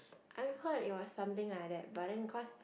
I've heard it was something like that but then cause